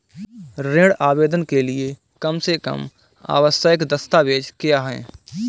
ऋण आवेदन के लिए कम से कम आवश्यक दस्तावेज़ क्या हैं?